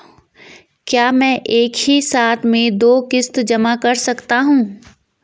क्या मैं एक ही साथ में दो किश्त जमा कर सकता हूँ?